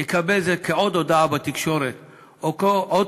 יקבלו את זה כעוד הודעה בתקשורת או כעוד